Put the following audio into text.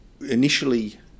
initially